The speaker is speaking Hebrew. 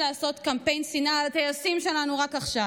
לעשות קמפיין שנאה לטייסים שלנו רק עכשיו,